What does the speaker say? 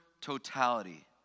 totality